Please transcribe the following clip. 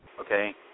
okay